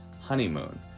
honeymoon